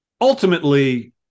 ultimately